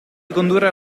ricondurre